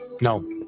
No